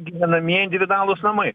gyvenamieji individualūs namai